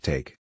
Take